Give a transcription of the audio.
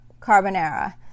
Carbonara